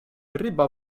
ryba